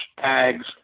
tags